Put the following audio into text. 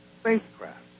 spacecraft